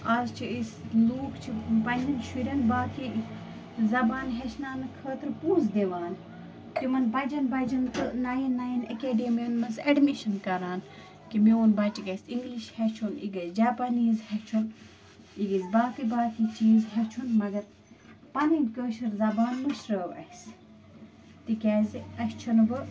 آز چھِ أسۍ لوٗک چھِ پنٛنٮ۪ن شُرٮ۪ن باقی زبان ہیٚچھناونہٕ خٲطرٕ پونٛسہٕ دِوان تِمن بجن بجن تہٕ نین نین ایٚکیڈمین منٛز اٮ۪ڈمِشن کَران کہِ میون بچہِ گَژھِ انٛگلِش ہیٚچھُن یہِ گژھِ جاپانیٖز ہیٚچھُن یہِ گَسہِ باقی باقی چیٖز ہیٚچھُن مگر پنٕنۍ کٲشٕر زبان مٔشرٲو اَسہِ تِکیٛازِ اَسہِ چھُنہٕ وۄںۍ